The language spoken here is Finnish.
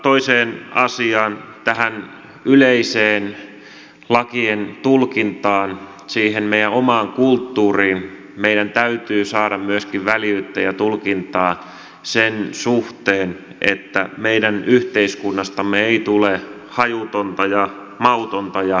toiseen asiaan tähän yleiseen lakien tulkintaan siihen meidän omaan kulttuuriimme meidän täytyy saada myöskin väljyyttä ja tulkintaa sen suhteen että meidän yhteiskunnastamme ei tule hajutonta ja mautonta ja kulttuuritonta